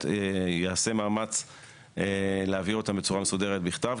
יעשה מאמץ להעביר אותן בצורה מסודרת בכתב.